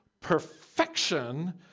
perfection